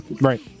Right